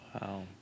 Wow